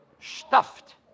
Stuffed